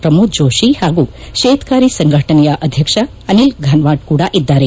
ಪ್ರಮೋದ್ ಜೋಶಿ ಹಾಗೂ ಶೇತ್ಕಾರಿ ಸಂಘಟನೆಯ ಅಧ್ಯಕ್ಷ ಅನಿಲ್ ಘನವಾಟ್ ಕೂದ ಇದ್ದಾರೆ